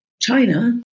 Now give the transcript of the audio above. China